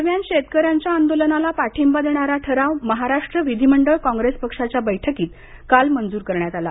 दरम्यान शेतकऱ्यांच्या आंदोलनाला पाठिंबा देणारा ठराव महाराष्ट्र विधिमंडळ काँग्रेस पक्षाच्या बैठकीत काल मंजूर करण्यात आला